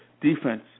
defense